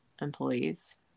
employees